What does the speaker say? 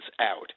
out